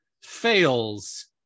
fails